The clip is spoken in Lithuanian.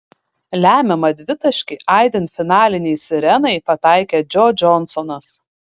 lemiamą dvitaškį aidint finalinei sirenai pataikė džo džonsonas